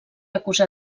acusar